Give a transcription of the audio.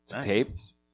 Tapes